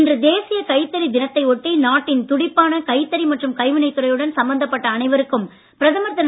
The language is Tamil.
இன்று தேசிய கைத்தறி தினத்தை ஒட்டி நாட்டின் துடிப்பான கைத்தறி மற்றும் கைவினைத் துறையுடன் சம்பந்தப்பட்ட அனைவருக்கும் பிரதமர் திரு